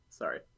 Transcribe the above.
Sorry